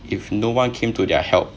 if no one came to their help